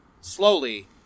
Slowly